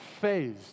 phased